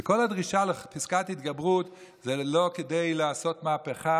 כי כל הדרישה לפסקת התגברות זה לא כדי לעשות מהפכה